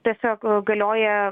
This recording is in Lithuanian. tiesiog galioja